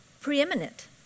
preeminent